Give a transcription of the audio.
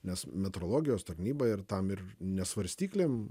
nes metrologijos tarnyba ir tam ir ne svarstyklėm